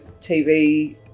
TV